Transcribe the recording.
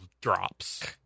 drops